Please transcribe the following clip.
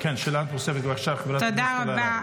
כן, שאלה נוספת, בבקשה, חברת הכנסת אלהרר.